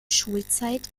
schulzeit